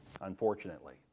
unfortunately